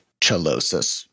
chelosis